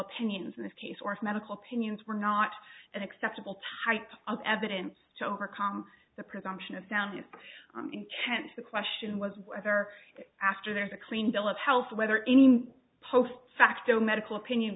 opinions in this case or if medical opinions were not an acceptable type of evidence to overcome the presumption of soundness intent the question was whether after there is a clean bill of health whether any post facto medical opinion